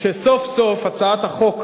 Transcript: שסוף-סוף הצעת חוק